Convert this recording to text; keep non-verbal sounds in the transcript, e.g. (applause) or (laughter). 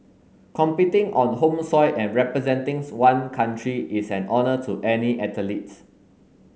competing on home soil and representing (unintelligible) one country is an honour to any athlete